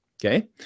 Okay